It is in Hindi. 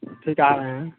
ठीक आ रहे हैं